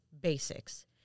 basics